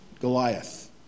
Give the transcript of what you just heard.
Goliath